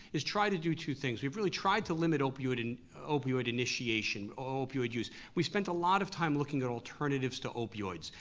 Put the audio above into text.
is try to do two things. we've really tried to limit opioid and opioid initiation, opioid use. we've spent a lot of time looking at alternatives to opioids.